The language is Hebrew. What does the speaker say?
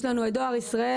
יש לנו את דואר ישראל,